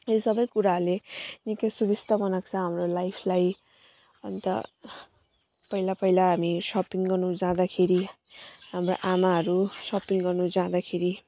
यो सबै कुराहरूले निकै सुविस्ता बनाएको छ हाम्रो लाइफलाई अनि त पहिला पहिला हामी सपिङ गर्नु जाँदाखेरि हाम्रो आमाहरू सपिङ गर्नु जाँदाखेरि